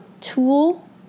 tool